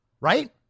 right